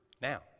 now